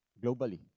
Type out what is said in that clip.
globally